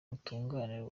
ubutungane